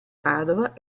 padova